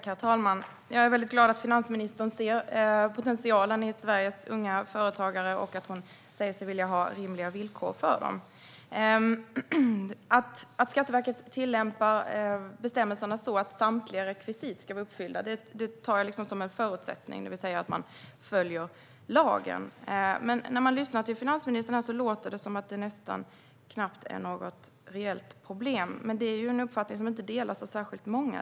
Herr talman! Jag är väldigt glad över att finansministern ser potentialen i Sveriges unga företagare och att hon säger sig vilja ha rimliga villkor för dem. Att Skatteverket tillämpar bestämmelserna så att samtliga rekvisit ska vara uppfyllda ser jag som en förutsättning, det vill säga att man följer lagen. När jag lyssnar till finansministern låter det som att det nästan inte är något reellt problem. Men det är en uppfattning som inte delas av särskilt många.